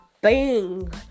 bang